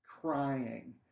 crying